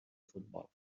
futbol